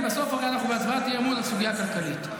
כי בסוף הרי אנחנו בהצבעת אי-אמון לסוגיה כלכלית.